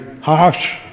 harsh